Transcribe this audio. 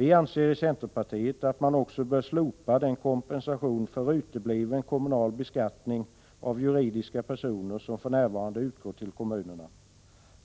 Vi i centerpartiet anser att man också bör slopa den kompensation för utebliven kommunal beskattning av juridiska personer som för närvarande utgår till kommunerna.